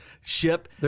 ship